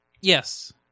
Yes